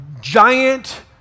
giant